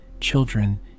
children